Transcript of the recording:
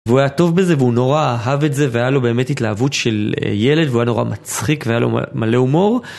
והוא היה טוב בזה, והוא נורא אהב את זה, והיה לו באמת התלהבות של ילד, והוא היה נורא מצחיק, והיה לו מלא הומור.